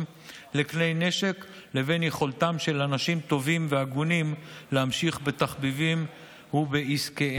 לכלי נשק לבין יכולתם של אנשים טובים והגונים להמשיך בתחביבים ובעסקיהם.